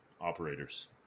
operators